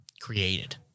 created